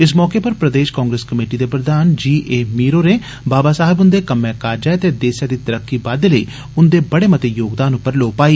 इस मौके पर प्रदेष कांग्रेस कमेटी दे प्रधान जी ए मीर होरें बाबा साहब हुन्दे कम्मैकाजे ते देसै दी तरक्की बाद्दे लेई उन्दे बड़े मते योगदान उप्पर लौट पाई